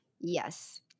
Yes